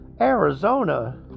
Arizona